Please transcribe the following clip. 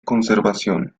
conservación